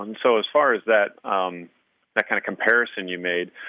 um so as far as that um that kind of comparison you made,